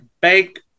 bank